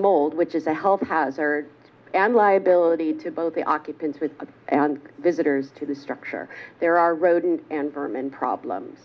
mold which is a health hazard and liability to both the occupants and visitors to the structure there are rodents and vermin problem